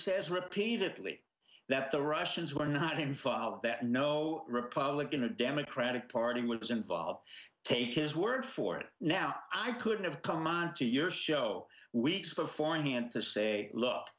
says repeatedly that the russians were not involved that no republican or democratic party was involved take his word for it now i couldn't have come on to your show weeks beforehand to say look